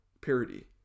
parody